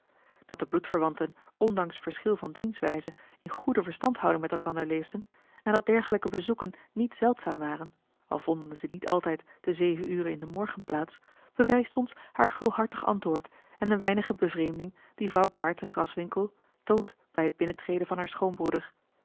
dat de bloedverwanten ondanks verschil van zienswijze in goede verstandhouding met elkander leefden en dat dergelijke bezoeken niet zeldzaam waren al vonden ze niet altijd te zeven ure in den morgen plaats bewijst ons haar gulhartig antwoord en de weinige bevreemding die vrouw baerte graswinckel toont bij het binnentreden van haar schoonbroeder